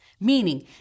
meaning